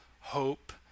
hope